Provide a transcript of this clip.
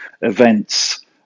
events